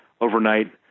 overnight